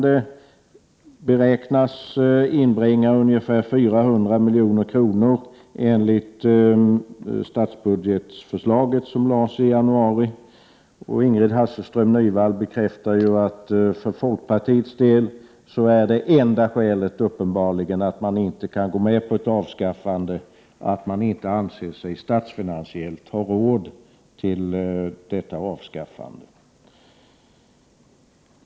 Den beräknas inbringa ungefär 400 milj.kr. enligt det statsbudgetförslag som lades i januari. Ingrid Hasselström Nyvall bekräftar att för folkpartiets del är det enda skälet till att man inte kan gå med på ett avskaffande att man inte anser sig statsfinansiellt ha råd med detta avskaffande.